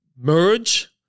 merge